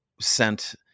sent